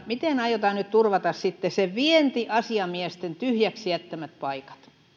miten aiotaan nyt turvata sitten ne vientiasiamiesten tyhjäksi jättämät paikat